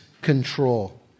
control